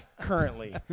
currently